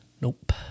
Nope